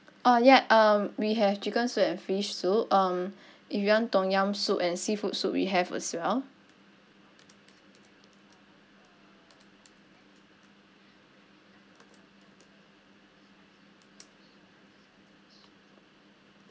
uh ya um we have chicken soup and fish soup um if you want tom yum soup and seafood soup we have as well